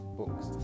books